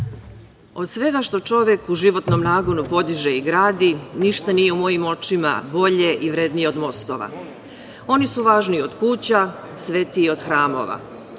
"Od svega što čovek u životnom nagonu podiže i gradi ništa nije u mojim očima bolje i vrednije od mostova. Oni su važniji od kuća. Svetiji od hramova.